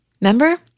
Remember